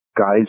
guys